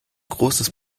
großes